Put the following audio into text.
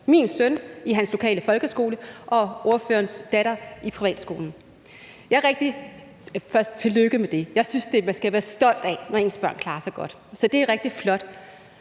min søn i hans lokale folkeskole og ordførerens datter i privatskolen. Først og fremmest tillykke med det. Jeg synes, man skal være stolt af, når ens børn klarer sig godt. Så det er rigtig flot.